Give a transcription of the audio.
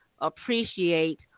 appreciate